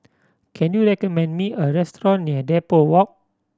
can you recommend me a restaurant near Depot Walk